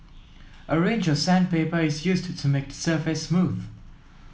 a range of sandpaper is used to make the surface smooth